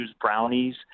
brownies